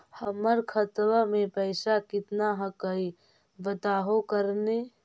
हमर खतवा में पैसा कितना हकाई बताहो करने?